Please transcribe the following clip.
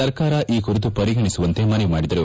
ಸರ್ಕಾರ ಈ ಕುರಿತು ಪರಿಗಣಿಸುವಂತೆ ಮನವಿ ಮಾಡಿದರು